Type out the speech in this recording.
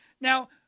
Now